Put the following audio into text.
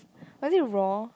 was it raw